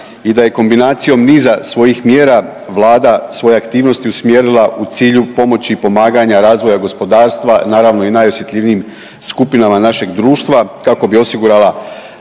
i da je kombinacijom niza svojih mjera Vlada svoje aktivnosti usmjerila u cilju pomoći i pomaganja razvoja gospodarstva, naravno i najosjetljivijim skupinama našeg društva kako bi osigurala